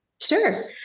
Sure